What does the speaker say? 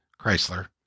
Chrysler